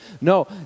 No